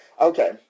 Okay